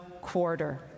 quarter